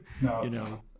No